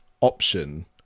option